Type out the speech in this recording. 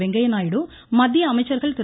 வெங்கைய நாயுடு மத்திய அமைச்சர்கள் திரு